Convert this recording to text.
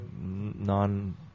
non